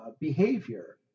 behavior